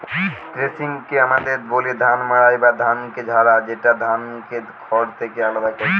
থ্রেশিংকে আমদের বলি ধান মাড়াই বা ধানকে ঝাড়া, যেটা ধানকে খড় থেকে আলদা করেটে